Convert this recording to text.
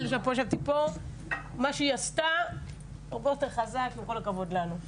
מה שהיא עשתה הרבה יותר חזק מאתנו.